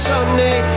Sunday